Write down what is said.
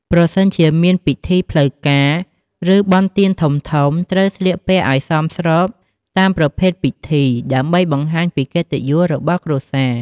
ប្រសិនជាមានពិធីផ្លូវការ ឬបុណ្យទានធំៗ ត្រូវស្លៀកពាក់ឲ្យសមស្របតាមប្រភេទពិធី ដើម្បីបង្ហាញពីកិត្តិយសរបស់គ្រួសារ។